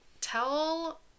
tell